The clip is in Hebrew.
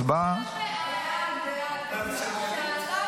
בצורה מזלזלת.